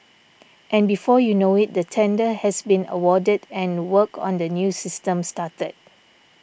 and before you know it the tender has been awarded and work on the new system started